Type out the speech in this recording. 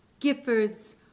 Giffords